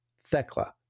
Thecla